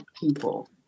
people